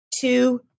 Two